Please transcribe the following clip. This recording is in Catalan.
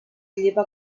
llepa